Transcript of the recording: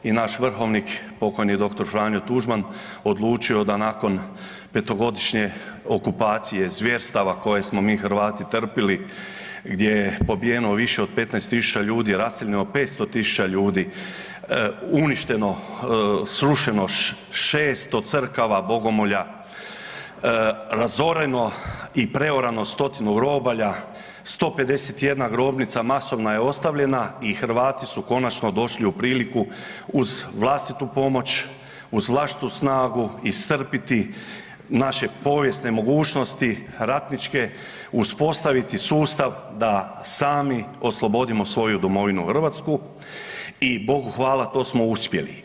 i naš vrhovnik pokojni dr. Franjo Tuđman odlučio da nakon petogodišnje okupacije, zvjerstava koje smo mi Hrvati trpili gdje je pobijeno više od 15.000, raseljeno 500.000 ljudi, uništeno, srušeno 600 crkava, bogomolja, razoreno i preorano stotinu robalja, 151 grobnica masovna je ostavljena i Hrvati su konačno došli u priliku uz vlastitu pomoć, uz vlastitu snagu iscrpiti naše povijesne mogućnosti ratničke, uspostaviti sustav da sami oslobodimo svoju domovinu Hrvatsku i Bogu hvala to smo uspjeli.